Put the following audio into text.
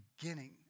beginning